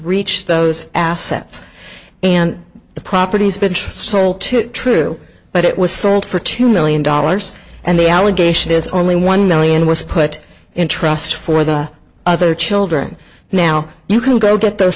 reach those assets and the properties been sold to true but it was sold for two million dollars and the allegation is only one million was put in trust for the other children now you can go get those